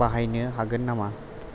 बाहायनो हागोन नामा